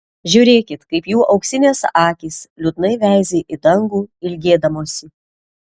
žiūrėkit kaip jų auksinės akys liūdnai veizi į dangų ilgėdamosi